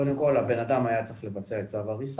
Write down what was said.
קודם על הבנאדם היה צריך לבצע את צו ההריסה,